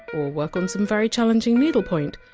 or work on some very challenging needlepoint,